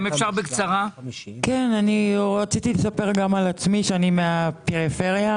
רציתי לספר שאני מהפריפריה,